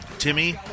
Timmy